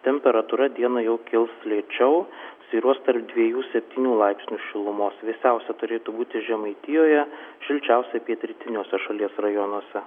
temperatūra dieną jau kils lėčiau svyruos tarp dviejų septynių laipsnių šilumos vėsiausia turėtų būti žemaitijoje šilčiausia pietrytiniuose šalies rajonuose